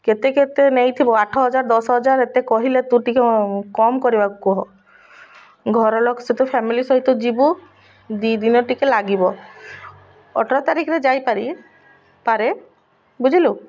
କେତେ କେତେ ନେଇଥିବ ଆଠ ହଜାର ଦଶ ହଜାର ଏତେ କହିଲେ ତୁ ଟିକେ କମ୍ କରିବାକୁ କହ ଘରଲୋକ ସହିତ ଫ୍ୟାମିଲି ସହିତ ଯିବୁ ଦୁଇ ଦିନ ଟିକେ ଲାଗିବ ଅଠର ତାରିଖରେ ଯାଇପାରି ପାରେ ବୁଝିଲୁ